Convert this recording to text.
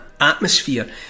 atmosphere